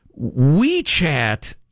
WeChat